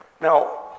Now